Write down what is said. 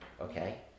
okay